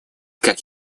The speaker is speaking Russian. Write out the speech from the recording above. как